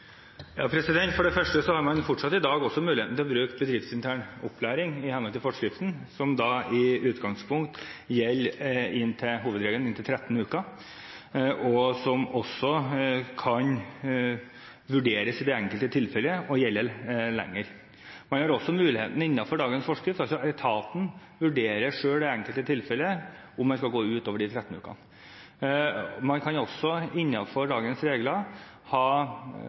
For det første har man fortsatt i dag mulighet til å bruke bedriftsintern opplæring, i henhold til forskriften. Hovedregelen er i inntil 13 uker, og dette kan også vurderes i det enkelte tilfellet til å gjelde lenger. Etaten vurderer selv i det enkelte tilfellet om en skal gå utover de 13 ukene. Man kan også innenfor dagens regler ha